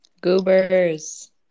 Goobers